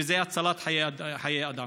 וזה הצלת חיים אדם.